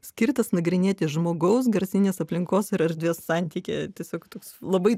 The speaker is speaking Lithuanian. skirtas nagrinėti žmogaus garsinės aplinkos ir erdvės santykį tiesiog toks labai